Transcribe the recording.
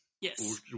Yes